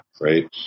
right